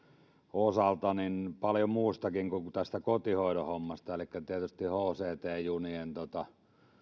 osalta paljon muustakin kyse kuin tästä kotihoidon hommasta elikkä tietysti hct junista